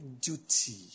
duty